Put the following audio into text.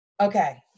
Okay